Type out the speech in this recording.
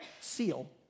seal